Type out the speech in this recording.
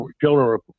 children